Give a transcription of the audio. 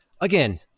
again